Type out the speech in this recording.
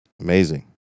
Amazing